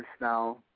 now